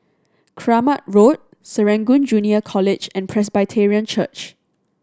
Kramat Road Serangoon Junior College and Presbyterian Church